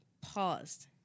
paused